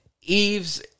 Eve's